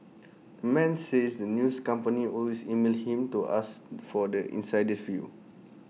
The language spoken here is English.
the man says that news companies always email him to ask for the insider's view